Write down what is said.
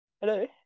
hello